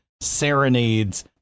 serenades